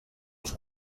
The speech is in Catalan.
els